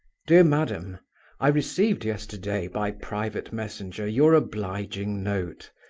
dear madam i received yesterday, by private messenger, your obliging note,